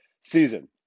season